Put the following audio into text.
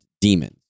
demons